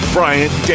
Bryant